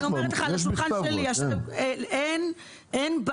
אני אומרת לך, אין בעיה.